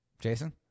Jason